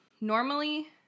Normally